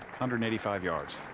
hundred eighty-five yards.